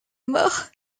mort